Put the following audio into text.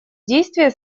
действия